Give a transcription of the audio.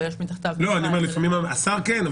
אבל יש מתחתיו- -- השר כן,